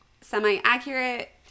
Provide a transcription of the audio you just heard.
semi-accurate